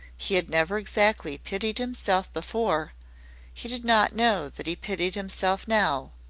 he had never exactly pitied himself before he did not know that he pitied himself now,